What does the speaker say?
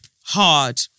hard